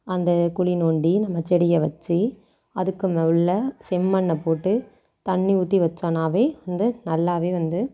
அந்த குழி நோண்டி நம்ம செடியை வச்சு அதுக்கும் உள்ள செம்மண்ணை போட்டு தண்ணி ஊற்றி வச்சோன்னாவே வந்து நல்லாவே வந்து